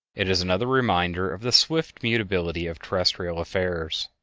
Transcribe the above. it is another reminder of the swift mutability of terrestial affairs.